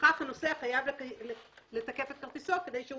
לפיכך הנוסע חייב לתקף את כרטיסו כדי שהוא